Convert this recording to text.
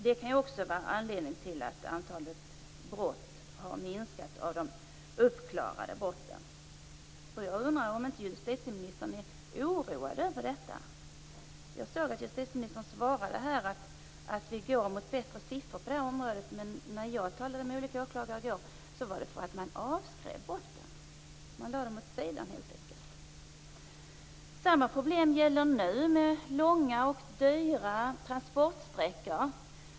Det kan också vara en anledning till att antalet uppklarade brott har minskat. Är inte justitieministern oroad över detta? Jag hörde att justitieministern här svarade att vi går mot bättre siffror på det här området. När jag talade med olika åklagare i går sade de att det berodde på att man avskrev brotten. Man lade dem helt enkelt åt sidan. Det är också problem med långa och dyra transportsträckor.